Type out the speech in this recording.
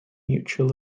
mutual